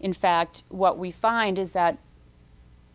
in fact what we find is that